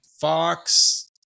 Fox